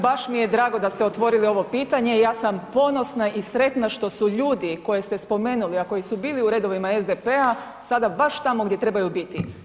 Baš mi je drago da ste otvorili ovo pitanje, ja sam ponosna i sretna što su ljudi koje ste spomenuli a koji su bili u redovima SDP-a, sada baš tamo gdje trebaju biti.